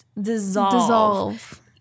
Dissolve